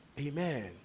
Amen